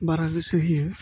बारा गोसो होयो